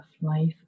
life